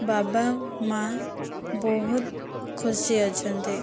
ବାବା ମାଆ ବହୁତ ଖୁସି ଅଛନ୍ତି